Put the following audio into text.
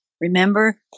remember